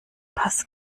pass